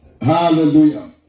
Hallelujah